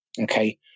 Okay